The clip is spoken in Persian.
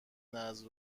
نذر